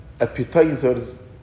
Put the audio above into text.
appetizers